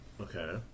Okay